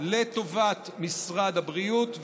לטובת משרד הבריאות,